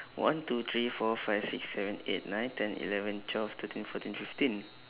one two three four five six seven eight nine ten eleven twelve thirteen fourteen fifteen